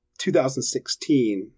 2016